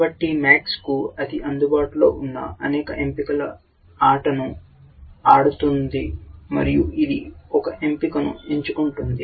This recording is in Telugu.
కాబట్టి MAX కు అది అందుబాటులో ఉన్న అనేక ఎంపికల ఆటను ఆడుతోంది మరియు ఇది ఒక ఎంపికను ఎంచుకుంటుంది